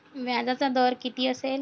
व्याजाचा दर किती असेल?